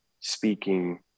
speaking